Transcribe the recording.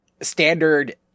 standard